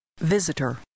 Visitor